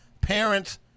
parents